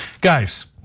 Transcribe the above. guys